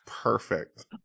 perfect